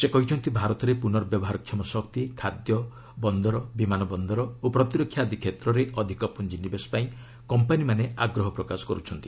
ସେ କହିଛନ୍ତି ଭାରତରେ ପୁର୍ନବ୍ୟବହାର କ୍ଷମ ଶକ୍ତି ଖାଦ୍ୟ ବନ୍ଦର ବିମାନ ବନ୍ଦର ଓ ପ୍ରତିରକ୍ଷା ଆଦି କ୍ଷେତ୍ରରେ ଅଧିକ ପୁଞ୍ଜିନିବେଶ ପାଇଁ କମ୍ପାନୀମାନେ ଆଗ୍ରହ ପ୍ରକାଶ କରୁଛନ୍ତି